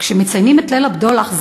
כשמציינים את "ליל הבדולח",